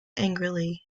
angrily